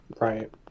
Right